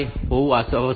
5 હોવું આવશ્યક છે